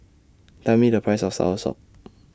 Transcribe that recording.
Tell Me The Price of Soursop